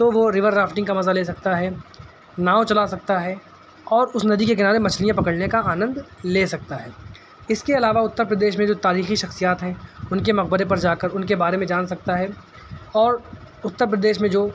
تو وہ river rafting کا مزہ لے سکتا ہے ناؤ چلا سکتا ہے اور اس ندی کے کنارے مچھلیاں پکڑنے کا آنند لے سکتا ہے اس کے علاوہ اتر پردیش میں جو تاریخی شخصیات ہیں ان کے مقبرے پر جا کر ان کے بارے میں جان سکتا ہے اور اتر پردیش میں جو